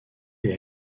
des